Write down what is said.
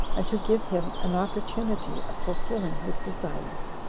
and to give him an opportunity of fulfilling his desires.